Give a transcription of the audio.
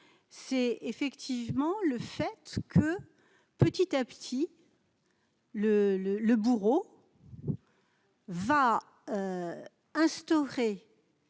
c'est effectivement le fait que petit à petit. Le le le bourreau. Va instaurer.